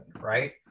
right